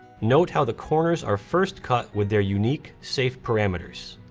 note how the corners are first cut with their unique safe parameters.